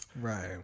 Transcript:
Right